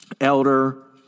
elder